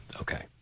Okay